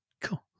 cool